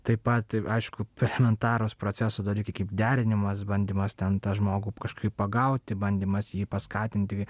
taip pat aišku elementarūs proceso dalykai kaip derinimas bandymas ten tą žmogų kažkaip pagauti bandymas jį paskatinti